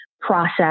process